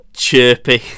chirpy